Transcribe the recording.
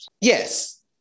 yes